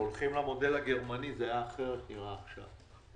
והולכים למודל הגרמני, זה היה נראה אחרת עכשיו.